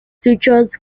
features